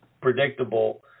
predictable